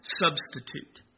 substitute